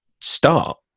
start